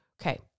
Okay